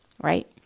right